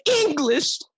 English